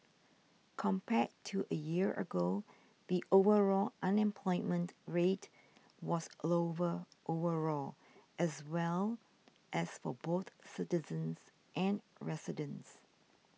compared to a year ago the overall unemployment rate was lower overall as well as for both citizens and residents